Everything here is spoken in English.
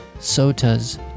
Sota's